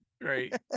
Right